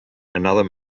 another